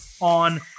on